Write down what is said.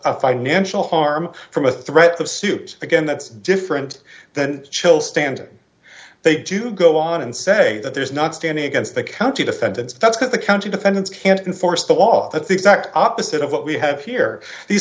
about financial harm from a threat of suit again that's different than chill stand they do go on and say that there's not standing against the county defendants that's what the county defendants can't enforce the law that the exact opposite of what we have here these